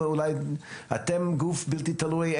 אתם גוף בלתי תלוי.